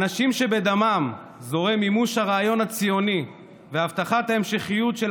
האנשים שבדמם זורם מימוש הרעיון הציוני והבטחת ההמשכיות של